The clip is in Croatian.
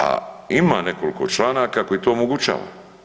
A ima nekoliko članaka koji to omogućava.